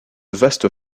vastes